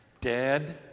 dead